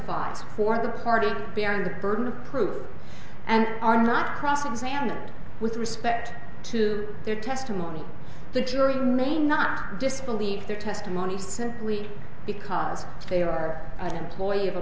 d for the party bearing the burden of proof and are not cross examined with respect to their testimony the jury may not disbelieve their testimony simply because they are employ